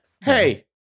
hey